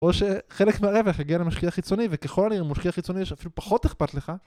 או שחלק מהרווח יגיע למשקיע החיצוני, וככל הנראה המשקיע החיצוני שאפילו פחות אכפת לך